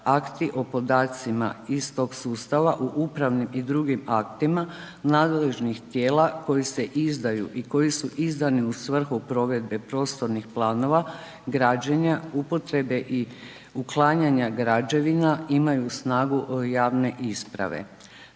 akti o podacima iz tog sustava u upravnim i drugim aktima nadležnih tijela koriste izdaju i koji su izdani u svrhu provedbe prostornih planova građenja, upotrebe i uklanjanja građevina, imaju snagu javne isprave.